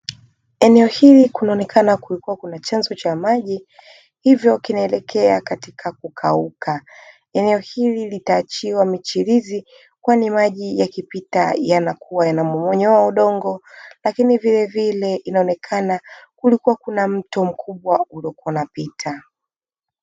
Eneo hili kunaonekana kulikuwa kuna chanzo cha maji hivyo kinaelekea katika kukauka, eneo hili litaachiwa michirizi kwani maji yakipita yanakuwa yanamomonyoa wa udongo lakini vile vile inaonekana kulikuwa kuna mto mkubwa uliokuwa unapita.